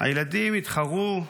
הילדים התחרו,